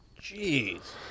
Jeez